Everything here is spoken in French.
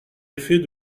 effet